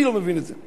אני לא מבין את זה.